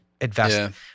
invest